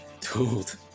told